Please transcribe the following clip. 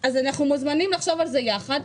אנחנו מוזמנים לחשוב על זה ביחד,